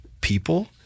people